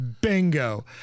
Bingo